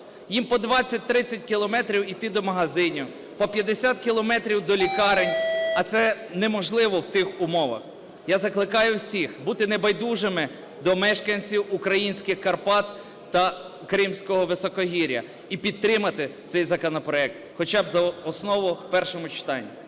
Їм по 20-30 кілометрів йти до магазинів, по 50 кілометрів до лікарень, а це неможливо в тих умовах. Я закликаю всіх бути небайдужими до мешканців українських Карпат та Кримського високогір'я і підтримати цей законопроект хоча б за основу в першому читанні.